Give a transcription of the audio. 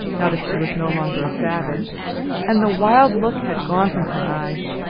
now that she was no longer a savage and the wild look had gone from her eyes.